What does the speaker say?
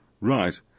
Right